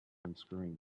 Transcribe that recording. unscrewing